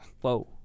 Whoa